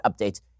updates